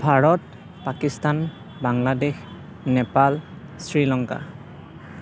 Bharat Pakistan Bangladesh Nepal Sri Lanka